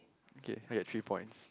K I get three points